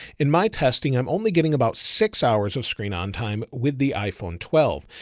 in my testing, i'm only getting about six hours of screen on time with the iphone twelve.